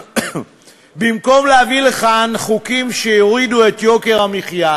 במקום להביא לכאן חוקים שיורידו את יוקר המחיה,